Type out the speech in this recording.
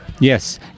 Yes